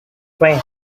trail